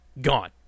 gone